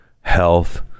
health